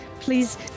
Please